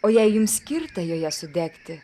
o jei jums skirta joje sudegti